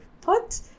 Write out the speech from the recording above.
put